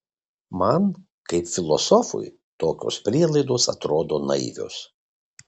man kaip filosofui tokios prielaidos atrodo naivios